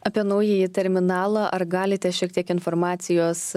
apie naująjį terminalą ar galite šiek tiek informacijos